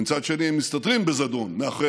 ומצד שני הם מסתתרים בזדון מאחורי